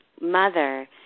mother